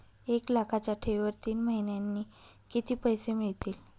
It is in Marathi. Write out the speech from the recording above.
एक लाखाच्या ठेवीवर तीन महिन्यांनी किती पैसे मिळतील?